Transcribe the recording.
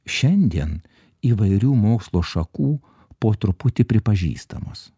šiandien įvairių mokslo šakų po truputį pripažįstamos